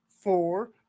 four